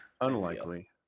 unlikely